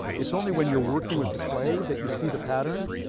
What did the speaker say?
it's only when you're working with the clay that you see the patterns.